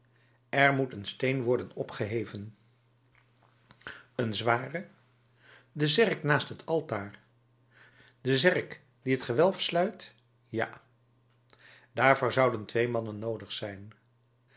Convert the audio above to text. er moet een steen worden opgeheven een zwaren de zerk naast het altaar de zerk die het gewelf sluit ja daarvoor zouden twee mannen noodig zijn